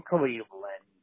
Cleveland